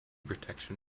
protection